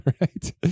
right